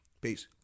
Peace